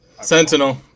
sentinel